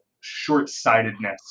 short-sightedness